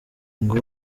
ngo